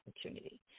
opportunity